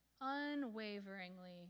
unwaveringly